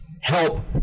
help